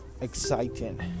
Exciting